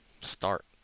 start